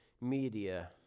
media